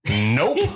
Nope